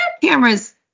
camera's